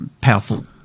powerful